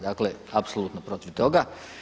Dakle, apsolutno protiv toga.